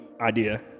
idea